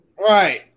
Right